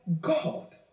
God